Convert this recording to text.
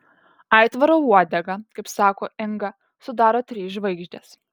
aitvaro uodegą kaip sako inga sudaro trys žvaigždės